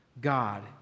God